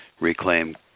reclaim